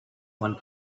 one